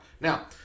Now